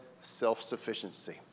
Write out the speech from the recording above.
self-sufficiency